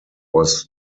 was